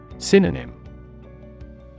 Synonym